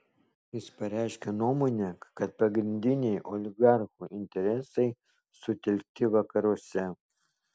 jis pareiškė nuomonę kad pagrindiniai oligarchų interesai sutelkti vakaruose